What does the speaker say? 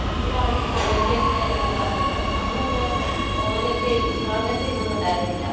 ഇപ്പോഴാണ് ഫോണിൻ്റെ ഒക്കെ ഇത് വന്നത് നമ്മളൊക്കെ ഓരൊക്കെ അങ്ങനത്തെ ഇതൊന്നും ഉണ്ടായിരുന്നില്ല